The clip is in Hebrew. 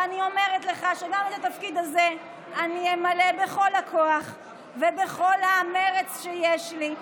ואני אומרת לך שגם את התפקיד הזה אני אמלא בכל הכוח ובכל המרץ שיש לי,